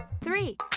Three